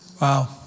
Wow